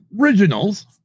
originals